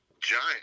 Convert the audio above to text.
giant